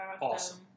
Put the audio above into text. awesome